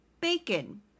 bacon